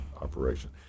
operation